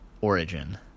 origin